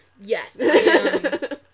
Yes